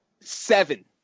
seven